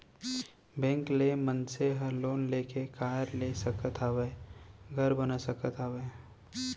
bank ले मनसे ह लोन लेके कार ले सकत हावय, घर बना सकत हावय